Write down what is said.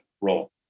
role